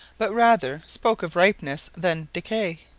but rather spoke of ripeness than decay.